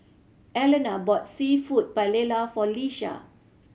Alannah bought Seafood Paella for Iesha